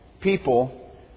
people